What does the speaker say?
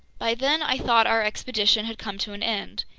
by then i thought our expedition had come to an end,